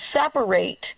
separate